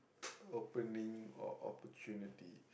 opening or opportunity